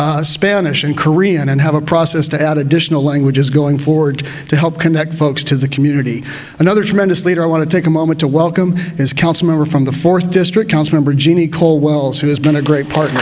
spanish and korean and have a process to add additional languages going forward to help connect folks to the community and other tremendous leader i want to take a moment to welcome is council member from the fourth district council member jeannie cole wells who has been a great part